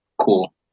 cool